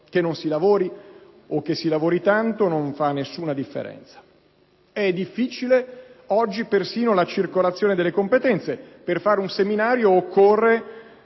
che non si lavori o che si lavori non fa nessuna differenza. È difficile oggi persino la circolazione delle competenze: per fare un seminario in